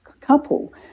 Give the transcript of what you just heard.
couple